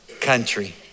country